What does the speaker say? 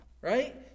Right